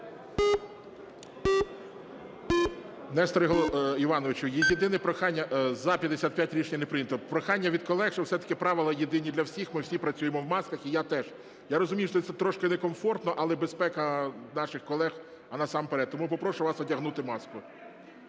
Несторе Івановичу, єдине прохання… 17:04:20 За-55 Рішення не прийнято. Прохання від колег, що все-таки правила єдині для всіх, ми всі працюємо в масках, і я теж. Я розумію, що це трошки некомфортно, але безпека наших колег насамперед. Тому попрошу вас одягнути маску.